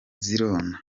zirona